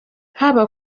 haba